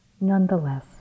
nonetheless